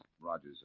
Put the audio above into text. Rogers